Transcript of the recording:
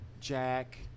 Jack